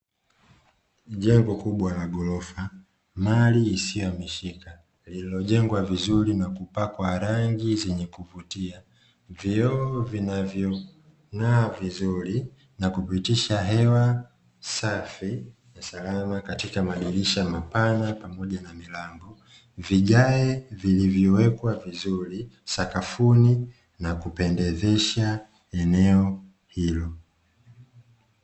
Jengo kubwa la ghorofa mali isiyohamishika, lililojengwa vizuri na kupakwa rangi zenye kuvutia vioo vinavyong'aa vizuri na kupitisha hewa safi na salama katika madirisha mapana pamoja na milango, vigae vilivyowekwa vizuri sakafuni na kupendezesha eneo hilo.